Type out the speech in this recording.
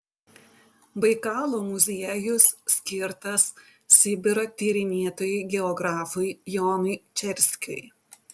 baikalo muziejus skirtas sibiro tyrinėtojui geografui jonui čerskiui